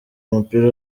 umupira